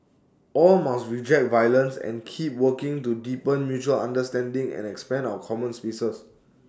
all must reject violence and keep working to deepen mutual understanding and expand our common spaces